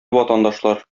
ватандашлар